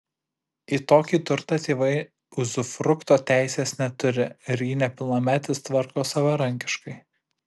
į tokį turtą tėvai uzufrukto teisės neturi ir jį nepilnametis tvarko savarankiškai